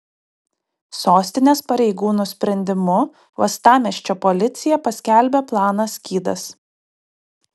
sostinės pareigūnų sprendimu uostamiesčio policija paskelbė planą skydas